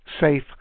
safe